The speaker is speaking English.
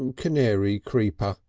and canary creeper,